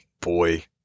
boy